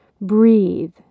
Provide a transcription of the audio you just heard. Breathe